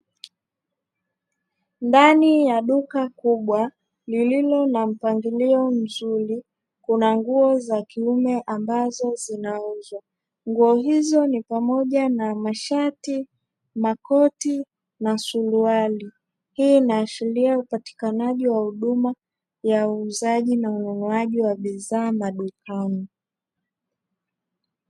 Ndani ya duka kubwa lililo na mpangilio mzuri Kuna nguo za kuime ambazo zinauzwa, nguo hizo ni pamoja na mashati, makoti na suruali. Hii inaashiria upatikanaji wa huduma ya uuzaji na ununuaji wa bidhaa madukani.